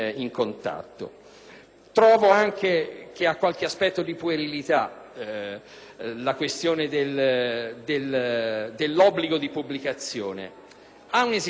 Trovo anche che abbia qualche carattere di puerilità la questione dell'obbligo di pubblicazione. È un'esigenza sacrosanta: